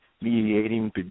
mediating